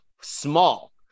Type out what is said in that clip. small